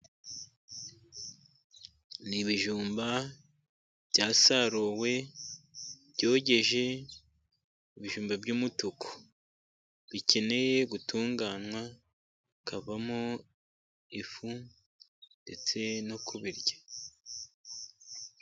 Ni ibijumba byasaruwe byogeje, ibijumba by'umutuku bikeneye gutunganywa bikavamo ifu, ndetse no kubirya.